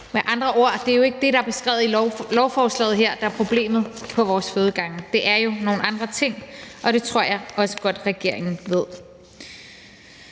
Med andre ord: Det er jo ikke det, der er beskrevet i lovforslaget her, der er problemet på vores fødegange – det er jo nogle andre ting, og det tror jeg også godt regeringen ved.